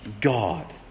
God